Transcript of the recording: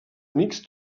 amics